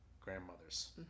grandmothers